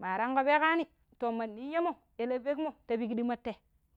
maa rangƙo peƙaani to ma ninya̱nmo̱ ele pekmo̱ ta pikɗima te.